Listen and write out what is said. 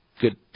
good